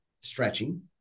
stretching